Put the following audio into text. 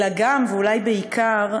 אלא גם, ואולי בעיקר,